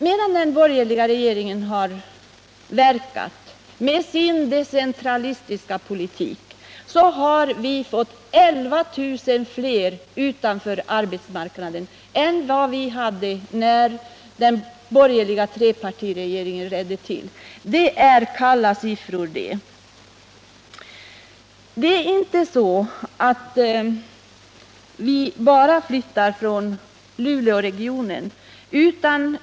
Medan den borgerliga regeringen har verkat med sin decentralistiska politik har vi fått 11 000 fler utanför arbetsmarknaden än vad vi hade när den borgerliga trepartiregeringen trädde till. Det är kalla siffror det. Man flyttar inte bara från Luleåregionen.